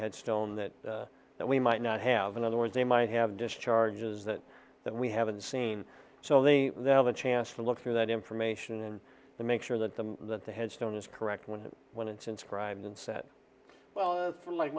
headstone that we might not have in other words they might have just charges that that we haven't seen so they they have a chance to look through that information and to make sure that the that the headstone is correct when when it's inscribed and set well for like